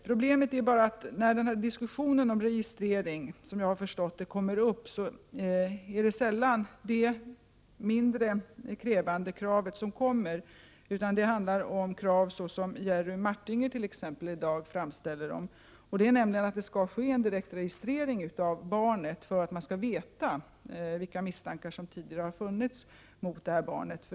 Problemet är bara att när den här diskussionen om registrering kommer upp så är det, såvitt jag har förstått, sällan det mindre krävande kravet som ställs. Det handlar i stället om sådana krav som t.ex. Jerry Maringer i dag ställer, nämligen att det skall ske en direkt registrering av barnet för att man skall veta vilka misstankar som tidigare har funnits mot detta barn.